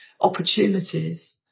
opportunities